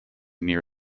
near